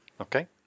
Okay